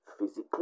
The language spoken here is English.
physically